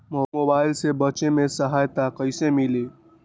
Mobile से बेचे में सहायता कईसे मिली?